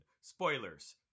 Spoilers